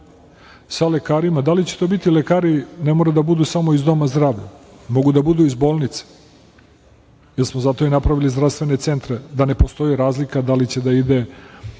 sa lekarima. Da li će to biti lekari, ne moraju da budu samo iz doma zdravlja, mogu da budu iz bolnice, jer smo zato i napravili zdravstvene centre, da ne postoji razlika da li će da ide